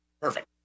perfect